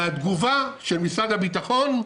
והתגובה של משרד הביטחון: